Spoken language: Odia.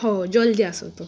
ହଉ ହଉ ଜଲଦି ଆସନ୍ତୁ